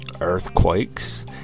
Earthquakes